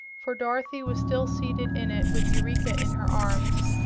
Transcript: for dorothy was still seated in it with eureka in her arms.